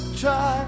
try